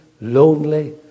lonely